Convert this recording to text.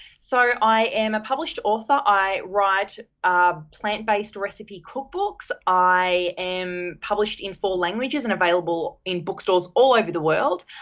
i am a published author. i write um plant-based recipe cook books. i am published in four languages and available in bookstores all over the world.